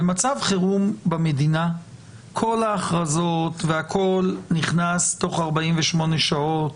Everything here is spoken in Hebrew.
במצב חירום במדינה כל ההכרזות והכל נכנס תוך 48 שעות,